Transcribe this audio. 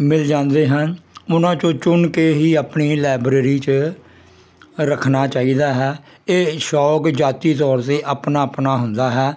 ਮਿਲ ਜਾਂਦੇ ਹਨ ਉਹਨਾਂ 'ਚੋਂ ਚੁਣ ਕੇ ਹੀ ਆਪਣੀ ਲਾਇਬਰੇਰੀ 'ਚ ਰੱਖਣਾ ਚਾਹੀਦਾ ਹੈ ਇਹ ਸ਼ੌਕ ਜਾਤੀ ਤੌਰ 'ਤੇ ਆਪਣਾ ਆਪਣਾ ਹੁੰਦਾ ਹੈ